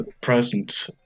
present